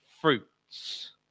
fruits